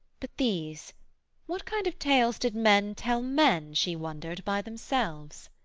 but these what kind of tales did men tell men, she wondered, by themselves?